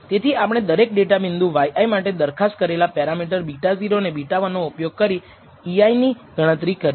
તેથી આપણે દરેક ડેટા બિંદુ yi માટે દરખાસ્ત કરેલા પેરામીટર β0 અને β1 નો ઉપયોગ કરી ei ની ગણતરી કરીશું